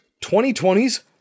2020's